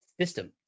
system